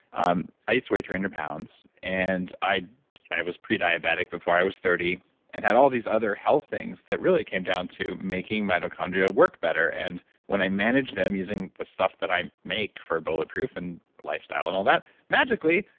um i used to weigh three hundred pounds and i i was pre-diabetic before i was thirty and had all these other health things that really came down to making mitochondria work better and when i managed them using the stuff that i make for bulletproof and lifestyle and all that, magically,